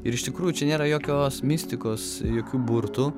ir iš tikrųjų čia nėra jokios mistikos jokių burtų